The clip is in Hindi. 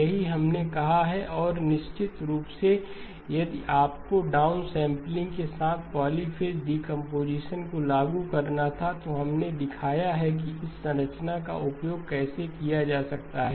यही हमने कहा है और निश्चित रूप से यदि आपको डाउनसैंपलिंग के साथ पॉलीफ़ेज़ डीकंपोजीशन को लागू करना था तो हमने दिखाया कि इस संरचना का उपयोग कैसे किया जा सकता है